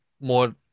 more